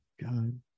god